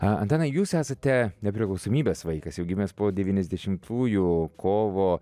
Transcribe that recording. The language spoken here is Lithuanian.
a antanai jūs esate nepriklausomybės vaikas jau gimęs po devyniasdešimtųjų kovo